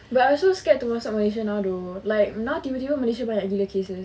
but I also scared to masuk malaysia now though like now malaysia tiba-tiba banyak gila case